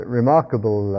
remarkable